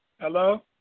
Hello